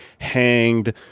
hanged